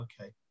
okay